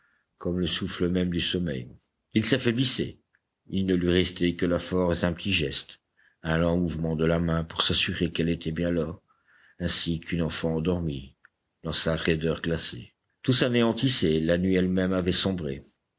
comme le souffle même du sommeil il s'affaiblissait il ne lui restait que la force d'un petit geste un lent mouvement de la main pour s'assurer qu'elle était bien là ainsi qu'une enfant endormie dans sa raideur glacée tout s'anéantissait la nuit elle-même avait sombré